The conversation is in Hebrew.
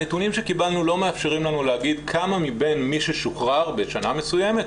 הנתונים שקיבלנו לא מאפשרים לנו להגיד כמה מבין מי ששוחרר בשנה מסוימת,